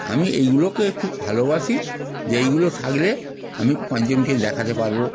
আমি এইগুলোকে একটু ভালোবাসি যে এইগুলো থাকলে আমি পাঁচজনকে দেখাতে পারব